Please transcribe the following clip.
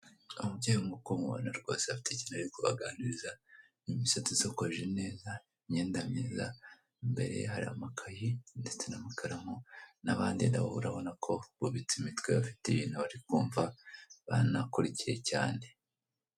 Umubyeyi nk'uko mubibona rwose afite ikintu ari kubaganiriza imisatsi isokoje neza imyenda myiza, imbere ye hari amakayi ndetse n'amakaramu n'abandi nabo urababona ko bubitse imitwe banakurikiye cyane.